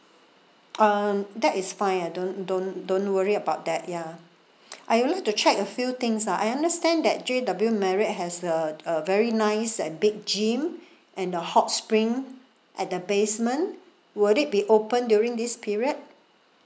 um that is fine I don't don't don't worry about that ya I would like to check a few things ah I understand that J_W marriott has a a very nice uh big gym and the hot spring at the basement would it be open during this period